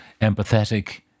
empathetic